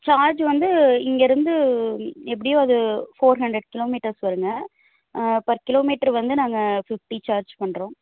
charge வந்து இங்கே இருந்து எப்படியோ அது ஃபோர் ஹண்ட்ரட் கிலோ மீட்டர்ஸ் வருங்க பர் கிலோ மீட்டர் வந்து நாங்கள் ஃபிஃப்டி சார்ஜ் பண்ணுறோம்